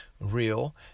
real